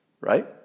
Right